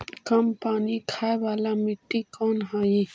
कम पानी खाय वाला मिट्टी कौन हइ?